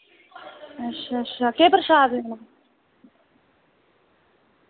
अच्छा अच्छा केह् पर्शाद लेना